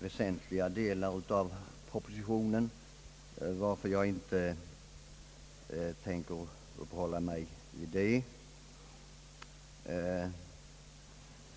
väsentliga delar av propositionen, varför jag inte tänker uppehålla mig vid den.